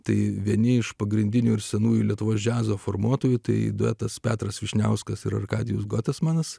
tai vieni iš pagrindinių ir senųjų lietuvos džiazo formuotojų tai duetas petras vyšniauskas arkadijus gotesmanas